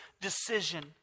decision